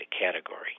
category